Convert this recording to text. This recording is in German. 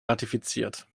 ratifiziert